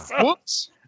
Whoops